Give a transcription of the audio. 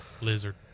Lizard